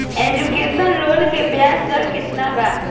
Education loan के ब्याज दर केतना बा?